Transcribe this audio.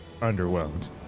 underwhelmed